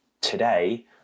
today